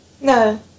No